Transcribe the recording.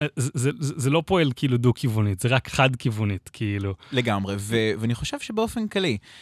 זה לא פועל כאילו דו-כיוונית, זה רק חד-כיוונית, כאילו. לגמרי, ואני חושב שבאופן כללי